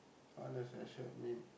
what does your shirt mean